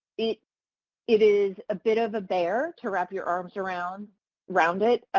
it it is a bit of a bear to wrap your arms around around it.